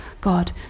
God